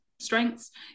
strengths